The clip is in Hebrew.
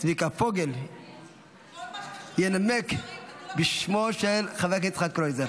צביקה פוגל לנמק בשמו של חבר הכנסת יצחק קרויזר.